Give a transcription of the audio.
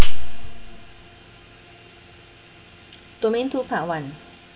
domain two part one